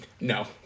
No